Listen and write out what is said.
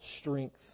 strength